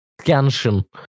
Scansion